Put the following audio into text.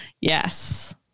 Yes